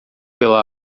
pela